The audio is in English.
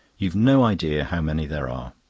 you've no idea how many there are.